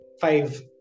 Five